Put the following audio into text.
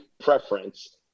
preference